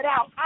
out